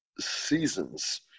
seasons